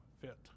fit